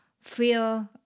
feel